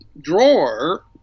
drawer